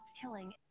killing